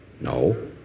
No